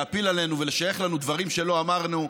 להפיל עלינו ולשייך לנו דברים שלא אמרנו.